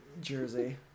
jersey